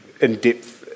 in-depth